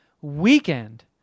weekend